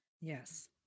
Yes